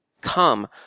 Come